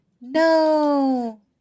No